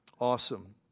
awesome